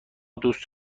دوست